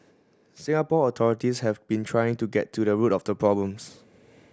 Singapore authorities have been trying to get to the root of the problems